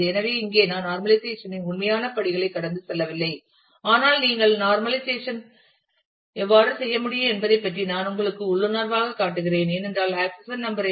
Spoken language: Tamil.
எனவே இங்கே நான் நார்மல்லைசேஷன் இன் உண்மையான படிகளைக் கடந்து செல்லவில்லை ஆனால் நீங்கள் எவ்வாறு நார்மல்லைசேஷன் செய்ய முடியும் என்பதைப் பற்றி நான் உங்களுக்கு உள்ளுணர்வாகக் காட்டுகிறேன் ஏனென்றால் ஆக்சஷன் நம்பர் ஐ